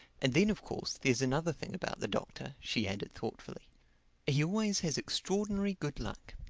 and then of course there's another thing about the doctor, she added thoughtfully he always has extraordinary good luck.